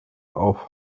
auf